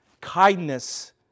kindness